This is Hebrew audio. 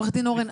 עורך דין אורן,